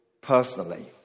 personally